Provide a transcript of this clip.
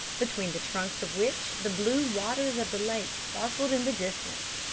between the trunks of which the blue waters of the lake sparkled in the distance.